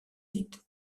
sites